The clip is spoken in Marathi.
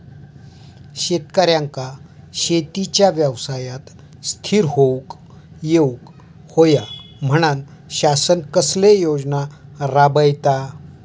शेतकऱ्यांका शेतीच्या व्यवसायात स्थिर होवुक येऊक होया म्हणान शासन कसले योजना राबयता?